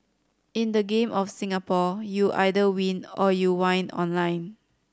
in the Game of Singapore you either win or you whine online